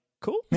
cool